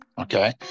okay